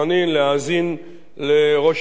להאזין לראש המוסד,